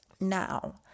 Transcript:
now